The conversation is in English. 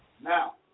Now